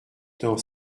dans